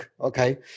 okay